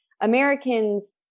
Americans